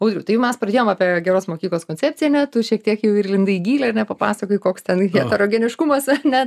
audriau tai jau mes pradėjom apie geros mokyklos koncepciją ne tu šiek tiek jau ir įlindai į gylį ar ne papasakojai koks tenai heterogeniškumas ar ne